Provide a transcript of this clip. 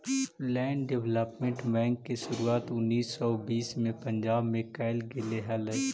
land development bank के शुरुआत उन्नीस सौ बीस में पंजाब में कैल गेले हलइ